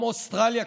כמו אוסטרליה,